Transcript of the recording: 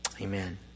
Amen